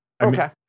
Okay